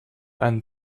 and